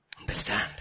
Understand